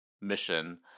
mission